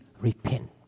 repent